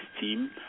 team